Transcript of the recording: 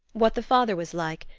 what the father was like,